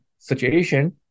situation